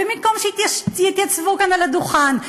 ובמקום שתתייצבו כאן על הדוכן,